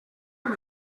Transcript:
amb